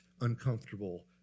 uncomfortable